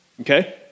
okay